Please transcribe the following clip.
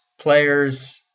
players